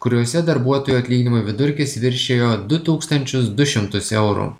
kuriose darbuotojų atlyginimo vidurkis viršijo du tūkstančius du šimtus eurų